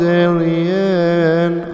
alien